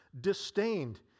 disdained